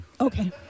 Okay